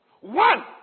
One